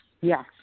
Yes